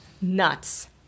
nuts